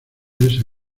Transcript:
esa